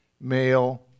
male